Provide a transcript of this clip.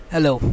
Hello